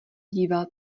díval